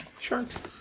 Sharks